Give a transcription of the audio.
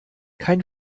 kein